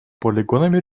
полигонами